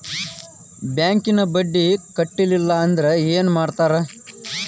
ಬ್ಯಾಂಕಿನ ಬಡ್ಡಿ ಕಟ್ಟಲಿಲ್ಲ ಅಂದ್ರೆ ಏನ್ ಮಾಡ್ತಾರ?